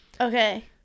Okay